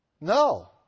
No